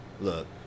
Look